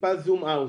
טיפה זום-אאוט: